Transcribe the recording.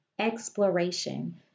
exploration